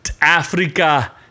Africa